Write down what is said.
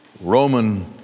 Roman